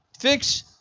fix